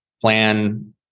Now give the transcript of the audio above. plan